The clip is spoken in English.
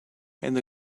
and